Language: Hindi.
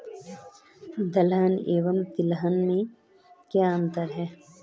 दलहन एवं तिलहन में क्या अंतर है?